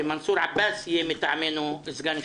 אחמד טיבי ויעקב מרגי יכהנו כסגנים זמניים